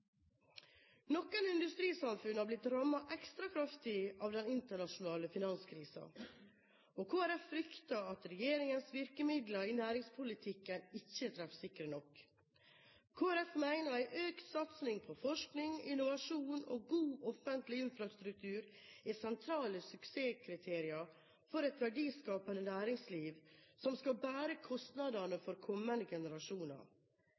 nok. Kristelig Folkeparti mener en økt satsing på forskning, innovasjon og god offentlig infrastruktur er sentrale suksesskriterier for et verdiskapende næringsliv som skal bære kostnadene for kommende generasjoner.